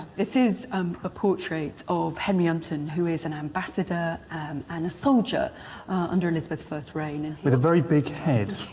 this is um a portrait of henry unton, who is an ambassador and and a soldier under elizabeth i's reign. with a very big head.